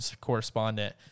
correspondent